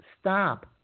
stop